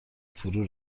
فرو